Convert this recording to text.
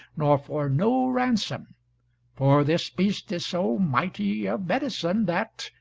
nor for no ransom for this beast is so mighty of medicine, that,